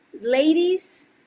ladies